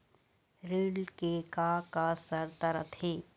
ऋण के का का शर्त रथे?